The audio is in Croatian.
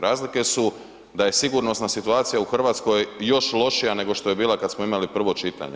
Razlike su da je sigurnosna situacija u Hrvatskoj još lošija nego što je bila kada smo imali prvo čitanje.